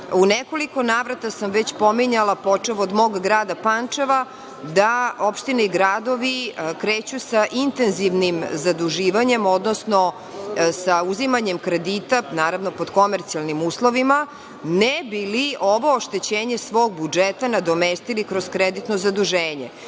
nekoliko navrata sam već pominjala, počev od mog grada Pančeva, da opštine i gradovi kreću sa intenzivnim zaduživanjem, odnosno sa uzimanjem kredita, naravno, pod komercijalnim uslovima, ne bi li ovo oštećenje svog budžeta nadomestili kroz kreditno zaduženje. Moje